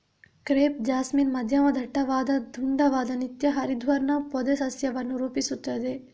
crepe jasmine ಮಧ್ಯಮ ದಟ್ಟವಾದ ದುಂಡಾದ ನಿತ್ಯ ಹರಿದ್ವರ್ಣ ಪೊದೆ ಸಸ್ಯವನ್ನು ರೂಪಿಸುತ್ತದೆ